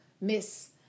Miss